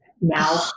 now